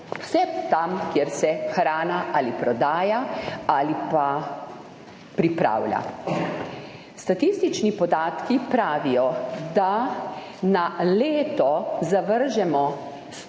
tam, kjer se hrana ali prodaja ali pa pripravlja. Statistični podatki pravijo, da na leto zavržemo